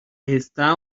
está